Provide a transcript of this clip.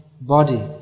body